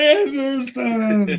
Anderson